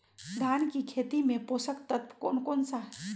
धान की खेती में पोषक तत्व कौन कौन सा है?